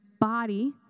body